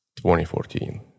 2014